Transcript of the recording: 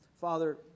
Father